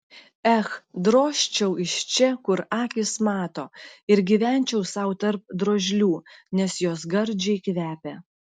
ech drožčiau iš čia kur akys mato ir gyvenčiau sau tarp drožlių nes jos gardžiai kvepia